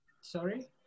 sorry